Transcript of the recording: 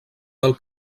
del